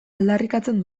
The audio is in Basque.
aldarrikatzen